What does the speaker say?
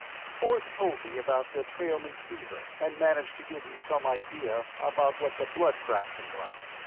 forth told me about the trailmen's fever and managed to give me some idea about what the blood fraction was,